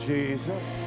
Jesus